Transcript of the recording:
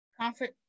comfort